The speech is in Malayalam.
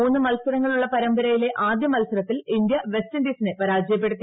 മൂന്ന് മത്സരങ്ങളുള്ള പരമ്പരയിലെ ആദ്യ മത്സരത്തിൽ ഇന്ത്യ വെസ്റ്റിൻഡീസിനെ പരാജയപ്പെടുത്തി